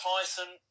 Tyson